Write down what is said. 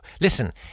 Listen